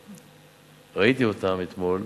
ראיתי אותם אתמול.